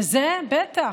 וזה, בטח.